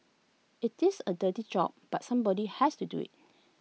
IT is A dirty job but somebody has to do IT